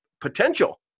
potential